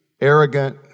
arrogant